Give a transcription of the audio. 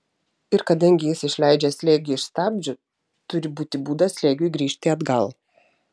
ir kadangi jis išleidžia slėgį iš stabdžių turi būti būdas slėgiui grįžti atgal